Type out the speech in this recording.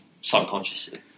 subconsciously